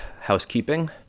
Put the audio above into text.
housekeeping